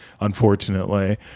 unfortunately